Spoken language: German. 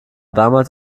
damals